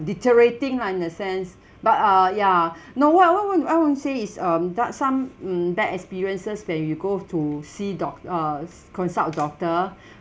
deteriorating lah in the sense but uh ya no what what what I want to I want say is um that some mm bad experiences where you go to see doc~ uh consult a doctor